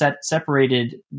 separated